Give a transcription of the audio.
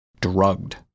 drugged